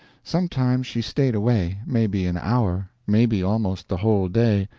sometimes she stayed away maybe an hour, maybe almost the whole day,